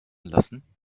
lassen